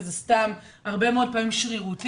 וזה הרבה מאוד פעמים שרירותי.